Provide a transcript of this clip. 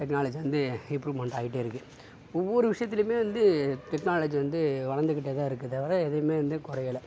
technology வந்து improvement ஆகிகிட்டே இருக்கு ஒவ்வொரு விஷயத்திலியுமே வந்து டெக்னாலஜி வந்து வளர்ந்துக்கிட்டே தான் இருக்கே தவிர எதுவுமே வந்து குறையில